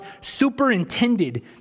superintended